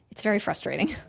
it's very frustrating